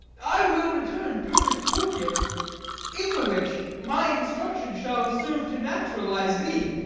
i will return perfect courtier in the which my instruction shall serve to naturalize thee,